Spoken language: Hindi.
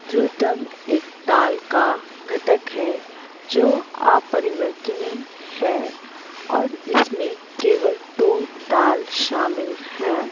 ध्रुथम एक ताल का घटक है जो अपरिवर्तनीय है और इस में केवल दो ताल शामिल हैं